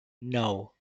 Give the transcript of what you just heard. nou